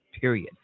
period